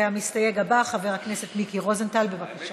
המסתייג הבא, חבר הכנסת מיקי רוזנטל, בבקשה.